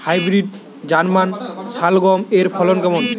Hybrid German শালগম এর ফলন কেমন?